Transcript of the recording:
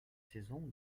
saison